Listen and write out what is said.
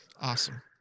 Awesome